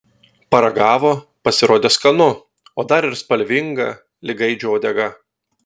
paragavo pasirodė skanu o dar ir spalvinga lyg gaidžio uodega